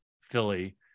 Philly